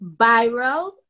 viral